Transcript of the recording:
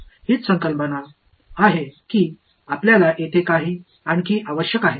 हीच संकल्पना अशी आहे की आपल्याला येथे आणखी आवश्यक आहे